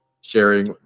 sharing